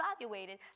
Evaluated